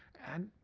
and,